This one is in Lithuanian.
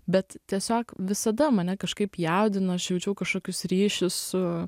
bet tiesiog visada mane kažkaip jaudino aš jaučiau kažkokius ryšius su